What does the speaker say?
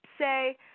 say